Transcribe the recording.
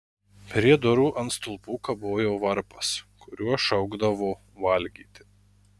prie durų ant stulpų kabojo varpas kuriuo šaukdavo valgyti